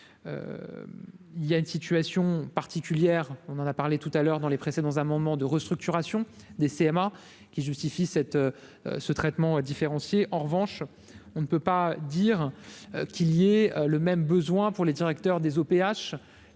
il y a une situation particulière, on en a parlé tout à l'heure dans les presser dans un moment de restructuration des CMA qui justifie cette ce traitement différencié, en revanche, on ne peut pas dire qu'il y ait le même besoin pour les directeurs des OPH